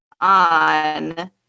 on